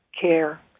care